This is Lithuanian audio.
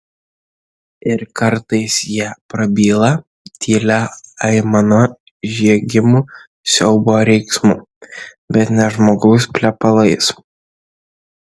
ir kartais jie prabyla tylia aimana žviegimu siaubo riksmu bet ne žmogaus plepalais